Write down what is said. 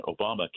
Obama